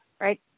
right